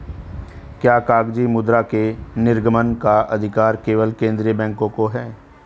क्या कागजी मुद्रा के निर्गमन का अधिकार केवल केंद्रीय बैंक को है?